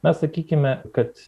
na sakykime kad